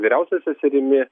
vyriausia seserimi